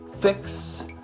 fix